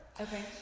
Okay